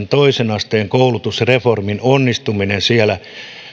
toisen asteen koulutusreformin onnistumisen siellä